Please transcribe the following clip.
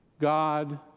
God